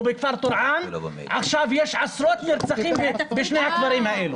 בכפר טורעאן עכשיו היו עשרות נרצחים בשני הכפרים האלו.